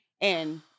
and-